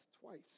twice